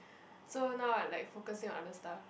so now I like focusing on other stuff